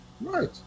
Right